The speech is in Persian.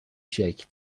شکل